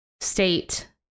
state